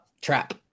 trap